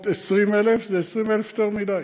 20,000, זה 20,000 יותר מדי.